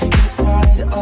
inside